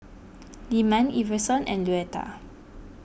Lyman Iverson and Luetta